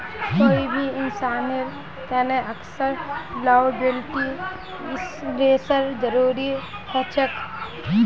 कोई भी इंसानेर तने अक्सर लॉयबिलटी इंश्योरेंसेर जरूरी ह छेक